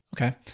Okay